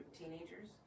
teenagers